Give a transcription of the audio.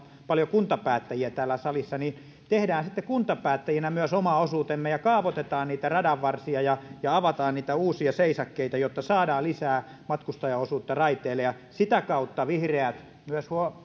salissa on paljon kuntapäättäjiä niin tehdään sitten kuntapäättäjinä myös oma osuutemme kaavoitetaan niitä radanvarsia ja ja avataan niitä uusia seisakkeita jotta saadaan lisää matkustajaosuutta raiteille ja sitä kautta vihreät myös